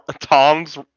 Tom's